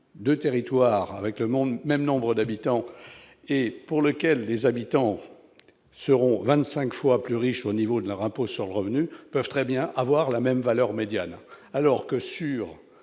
de territoire avec le monde, même nombre d'habitants et pour lequel les habitants seront 25 fois plus riche au niveau de leur impôt sur le revenu, peuvent très bien avoir la même valeur médiane alors que sur